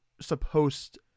supposed –